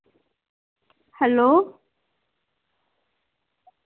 hello